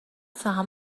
سهام